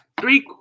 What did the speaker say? Three